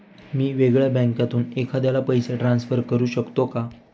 मी वेगळ्या बँकेतून एखाद्याला पैसे ट्रान्सफर करू शकतो का?